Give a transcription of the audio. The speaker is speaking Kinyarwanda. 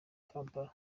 kampala